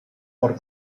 por